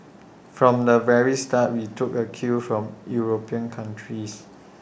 from the very start we took A cue from european countries